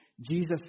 Jesus